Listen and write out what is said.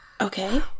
Okay